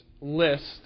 list